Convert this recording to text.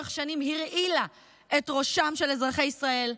שלאורך השנים הרעילה את ראשם של אזרחי ישראל.